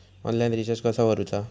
Online recharge कसा करूचा?